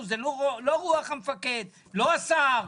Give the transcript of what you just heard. זה לא רוח המפקד, לא השר.